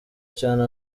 cyane